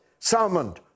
Salmond